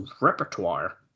repertoire